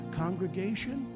congregation